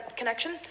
connection